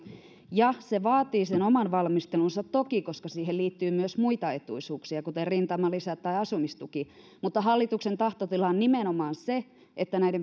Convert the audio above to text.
ja se vaatii toki sen oman valmistelunsa koska siihen liittyy myös muita etuisuuksia kuten rintamalisä tai asumistuki mutta hallituksen tahtotila on nimenomaan se että